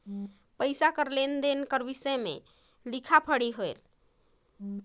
पइसा कर लेन देन का बिसे में लिखा पढ़ी होथे